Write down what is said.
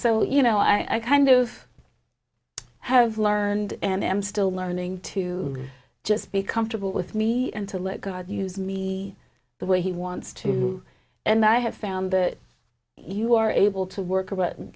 so you know i kind of have learned and am still learning to just be comfortable with me and to let god use me the way he wants to and i have found that you are able to work to w